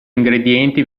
ingredienti